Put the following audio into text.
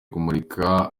kumurika